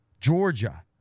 Georgia